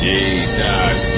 Jesus